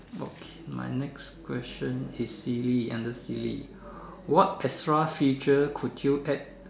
okay my next question is silly under silly what extra feature could you add